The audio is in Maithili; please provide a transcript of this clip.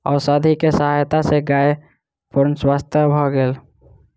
औषधि के सहायता सॅ गाय पूर्ण स्वस्थ भ गेल